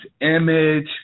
image